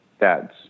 dads